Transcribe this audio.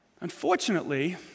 Unfortunately